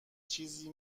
چیزی